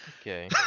Okay